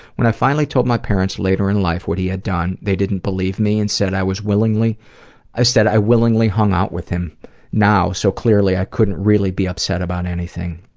when i finally told my parents later in life what he had done, they didn't believe me and said i was willingly and said i willingly hung out with him now, so clearly i couldn't really be upset about anything.